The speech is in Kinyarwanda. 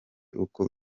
uko